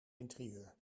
interieur